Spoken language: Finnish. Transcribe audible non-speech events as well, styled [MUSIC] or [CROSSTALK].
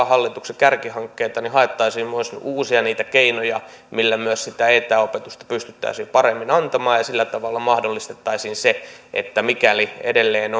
[UNINTELLIGIBLE] hallituksen kärkihankkeita niin haettaisiin myös uusia keinoja millä myös sitä etäopetusta pystyttäisiin paremmin antamaan ja sillä tavalla mahdollistettaisiin se että mikäli edelleen [UNINTELLIGIBLE]